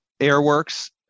Airworks